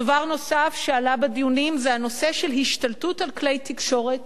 דבר נוסף שעלה בדיונים הוא הנושא של השתלטות על כלי תקשורת